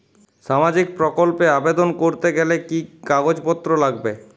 সামাজিক প্রকল্প এ আবেদন করতে গেলে কি কাগজ পত্র লাগবে?